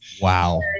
Wow